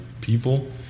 people